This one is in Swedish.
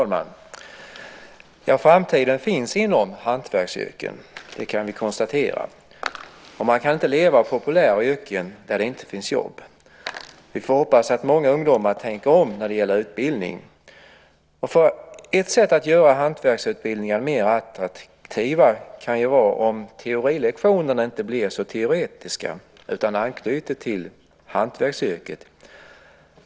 Herr talman! Framtiden finns inom hantverksyrkena. Det kan vi konstatera. Man kan inte leva av populära yrken när det inte finns jobb inom dem. Vi får hoppas att många ungdomar tänker om när det gäller utbildning. Ett sätt att göra hantverksutbildningarna attraktivare kan vara att inte låta teorilektionerna bli så teoretiska utan i stället anknyta dem till hantverksyrket.